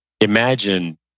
imagine